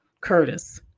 Curtis